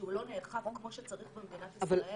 שהוא לא נאכף כמו שצריך במדינת ישראל,